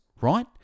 right